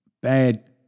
bad